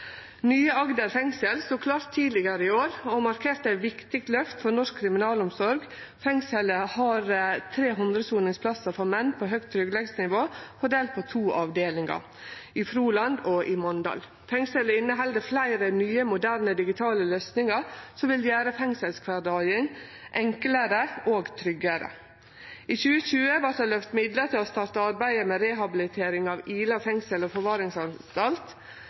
Nye Agder fengsel stod klart tidlegare i år og markerte eit viktig løft for norsk kriminalomsorg. Fengselet har 300 soningsplassar for menn på høgt tryggleiksnivå fordelt på to avdelingar, i Froland og i Mandal. Fengselet inneheld fleire nye moderne digitale løysingar som vil gjere fengselskvardagen enklare og tryggare. I 2020 vart det løyvt midlar til å starte arbeidet med rehabilitering av Ila fengsel og forvaringsanstalt,